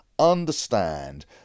understand